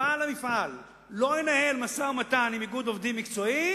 בעל המפעל לא ינהל משא-ומתן עם איגוד עובדים מקצועי,